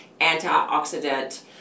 antioxidant